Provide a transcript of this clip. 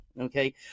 Okay